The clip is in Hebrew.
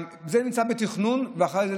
זה נמצא בתכנון ואחרי זה,